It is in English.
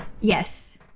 Yes